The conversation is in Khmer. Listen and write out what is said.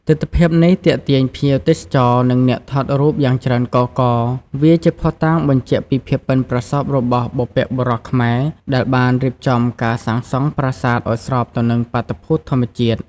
ទិដ្ឋភាពនេះទាក់ទាញភ្ញៀវទេសចរ និងអ្នកថតរូបយ៉ាងច្រើនកុះករ។ វាជាភស្តុតាងបញ្ជាក់ពីភាពប៉ិនប្រសប់របស់បុព្វបុរសខ្មែរដែលបានរៀបចំការសាងសង់ប្រាសាទឲ្យស្របទៅនឹងបាតុភូតធម្មជាតិ។